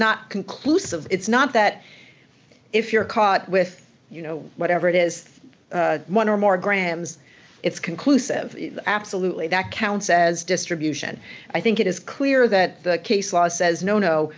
not conclusive it's not that if you're caught with you know whatever it is one or more grams it's conclusive absolutely that counts as distribution i think it is clear that the case law says no